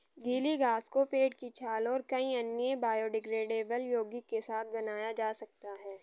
गीली घास को पेड़ की छाल और कई अन्य बायोडिग्रेडेबल यौगिक के साथ बनाया जा सकता है